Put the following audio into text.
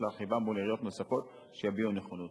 להרחיבה מול עיריות נוספות שיביעו נכונות.